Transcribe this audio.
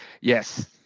Yes